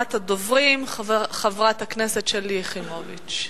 ואחרונת הדוברים, חברת הכנסת שלי יחימוביץ.